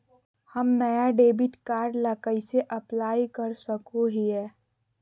हम नया debit card ला कइसे अप्लाई कर सको हियै?